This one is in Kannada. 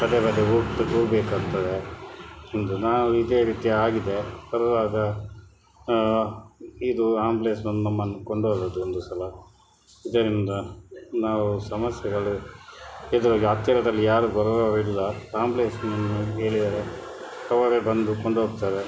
ಪದೇ ಪದೇ ಹೋಗ್ಬೇಕಾಗ್ತದೆ ಒಂದು ನಾವು ಇದೇ ರೀತಿ ಆಗಿದೆ ಬರುವಾಗ ಇದು ಆ್ಯಂಬುಲೆನ್ಸ್ ಬಂದು ನಮ್ಮನ್ನು ಕೊಂಡೋದದ್ದು ಒಂದು ಸಲ ಇದರಿಂದ ನಾವು ಸಮಸ್ಯೆಗಳು ಎದುರಿಗೆ ಹತ್ತಿರದಲ್ಲಿ ಯಾರೂ ಬರುವವರಿಲ್ಲ ಆ್ಯಂಬುಲೆನ್ಸ್ನನ್ನು ಕೇಳಿದರೆ ಅವರೇ ಬಂದು ಕೊಂಡೋಗ್ತರೆ